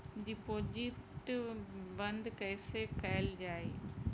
Deposit बंद कैसे कैल जाइ?